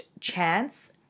chance